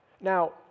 Now